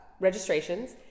registrations